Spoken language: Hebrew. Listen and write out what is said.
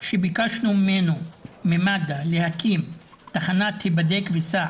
שבקשנו ממד"א להקים תחנת היבדק וסע